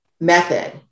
method